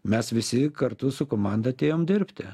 mes visi kartu su komanda atėjom dirbti